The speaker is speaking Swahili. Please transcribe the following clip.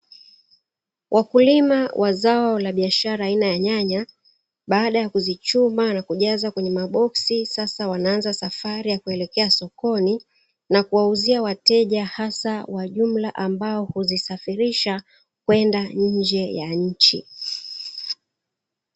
Wakulima wa zao la biashara aina ya nyanya, baada ya kuzichuma na kujaza kwenye maboksi sasa wanaanza safari ya kuelekea sokoni na kuwauzia wateja hasa wa jumla ambao huzisafirisha kwenda nje ya nchi.